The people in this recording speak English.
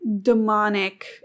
demonic